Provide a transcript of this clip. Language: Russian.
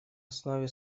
основе